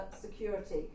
security